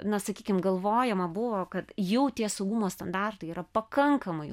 na sakykim galvojama buvo kad jau tie saugumo standartai yra pakankamai